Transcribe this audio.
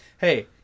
hey